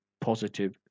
positive